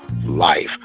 life